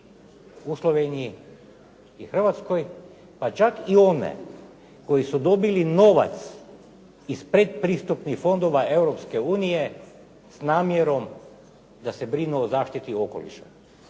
u Sloveniji i Hrvatskoj, pa čak i one koje su dobile novac iz pretpristupnih fondova Europske unije s namjerom da se brinu o zaštiti okoliša?